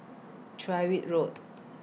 Tyrwhitt Road